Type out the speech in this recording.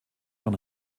von